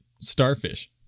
starfish